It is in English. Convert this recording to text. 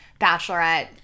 Bachelorette